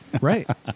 Right